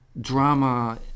drama